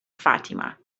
fatima